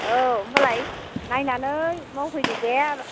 औ होनबालाय नायनानै मावफैदो दे